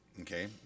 okay